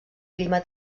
clima